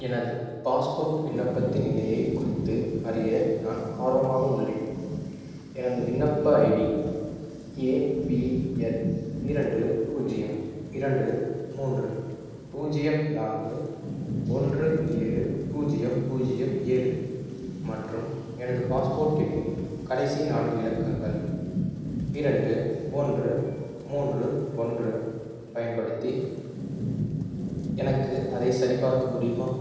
எனது பாஸ்போர்ட் விண்ணப்பத்தின் நிலையை குறித்து அறிய நான் ஆர்வமாக உள்ளேன் எனது விண்ணப்ப ஐடி ஏ பி எல் இரண்டு பூஜ்ஜியம் இரண்டு மூன்று பூஜ்ஜியம் நான்கு ஒன்று ஏழு பூஜ்ஜியம் பூஜ்ஜியம் ஏழு மற்றும் எனது பாஸ்போர்ட் எண்ணின் கடைசி நான்கு இலக்கங்கள் இரண்டு ஒன்று மூன்று ஒன்று பயன்படுத்தி எனக்கு அதைச் சரிபார்க்க முடியுமா